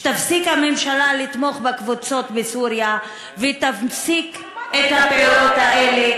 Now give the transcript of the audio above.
שתפסיק הממשלה לתמוך בקבוצות בסוריה ותפסיק את הפעולות האלה,